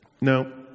no